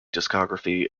discography